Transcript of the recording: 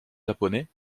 japonais